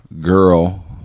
girl